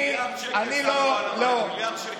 מיליארד שקל שמנו על המים.